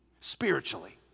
spiritually